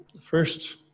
first